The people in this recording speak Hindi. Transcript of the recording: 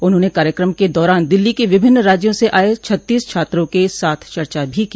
उन्होंने कार्यक्रम के दौरान दिल्ली के विभिन्न राज्यों से आये छत्तीस छात्रों के साथ चर्चा भी की